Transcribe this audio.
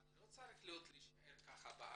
אבל זה לא צריך להישאר באוויר.